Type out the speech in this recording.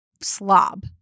slob